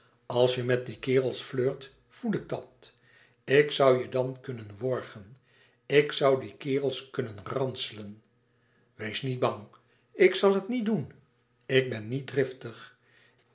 als je met die kerels flirt voel ik dat ik zoû je dan kunnen worgen ik zoû die kerels kunnen ranselen wees niet bang ik zal het niet doen ik ben niet driftig